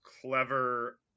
clever